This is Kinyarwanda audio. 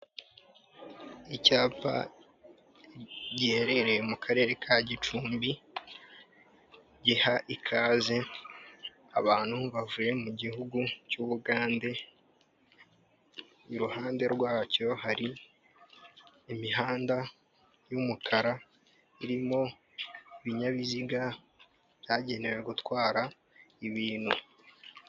Icyapa giherereye mu karere ka Gicumbi giha ikaze abantu bavuye mu gihugu cy'Ubugande, iruhande rwacyo hari imihanda y'umukara irimo ibinyabiziga byagenewe gutwara ibintu.